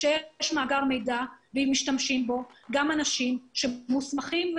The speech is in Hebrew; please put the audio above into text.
כשיש מאגר מידע ואם משתמשים בו אנשים מוסמכים אבל